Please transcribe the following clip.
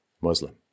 Muslim